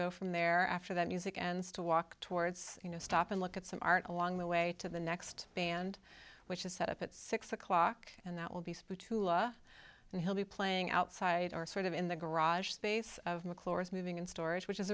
go from there after that music ends to walk towards you know stop and look at some art along the way to the next band which is set up at six o'clock and that will be split tula and he'll be playing outside or sort of in the garage space of mccloy's moving in storage which is